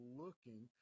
looking